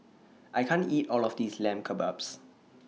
I can't eat All of This Lamb Kebabs